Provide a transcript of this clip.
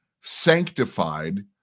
sanctified